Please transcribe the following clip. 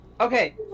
Okay